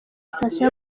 sitasiyo